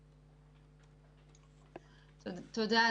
תודה,